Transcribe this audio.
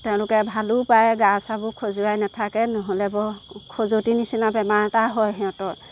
তেওঁলোকে ভালো পায় গা চাবোৰ খজুৱাই নাথাকে নহ'লে বৰ খজুৱতি নিচিনা বেমাৰ এটা হয় সিহঁতৰ